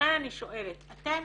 ולכן אני שואלת, אתם